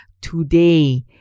today